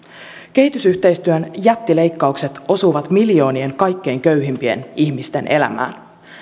kehitysyhteistyön jättileikkaukset osuvat miljoonien kaikkein köyhimpien ihmisten elämään